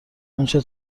اونچه